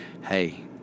Hey